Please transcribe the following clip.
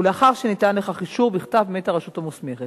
ולאחר שניתן לכך אישור בכתב מאת הרשות המוסמכת.